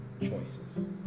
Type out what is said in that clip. choices